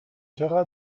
چقدر